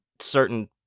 certain